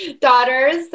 daughters